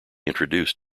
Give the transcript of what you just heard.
introduced